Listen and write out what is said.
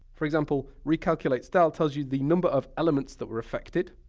for example, recalculates dial, tells you the number of elements that were affected,